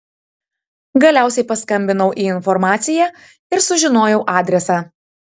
galiausiai paskambinau į informaciją ir sužinojau adresą